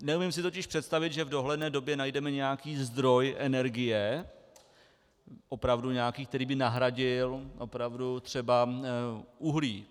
Neumím si totiž představit, že v dohledné době najdeme nějaký zdroj energie, opravdu nějaký, který by nahradil opravdu třeba uhlí.